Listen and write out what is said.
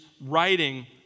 writing